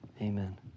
Amen